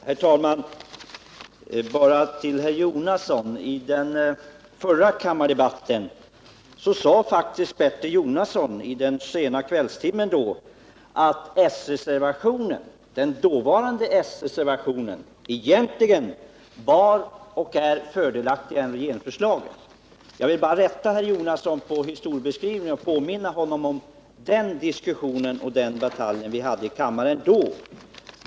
Herr talman! Jag vill säga till herr Jonasson att han i den sena kvällstimmen under den förra kammardebatten faktiskt sade att s-reservationen egentligen var fördelaktigare än regeringsförslaget. Bertil Jonasson, jag vill bara rätta historieskrivningen och påminna om den diskussion vi hade i kammaren den gången.